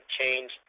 change